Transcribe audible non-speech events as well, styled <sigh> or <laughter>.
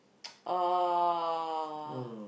<noise> oh